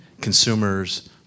consumers